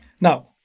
Now